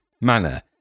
manner